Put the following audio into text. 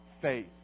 faith